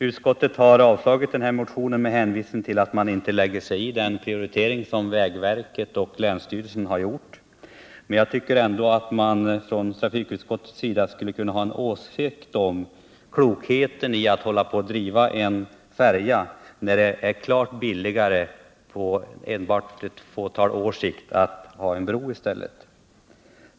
Utskottet har avstyrkt motionen med hänvisning till att man inte lägger sig i den prioritering som vägverket och länsstyrelsen har gjort. Men jag tycker ändå att trafikutskottet skulle kunna ha en åsikt om klokheten i att driva en färja när det är klart billigare, på bara ett fåtal års sikt, att ha en bro i stället.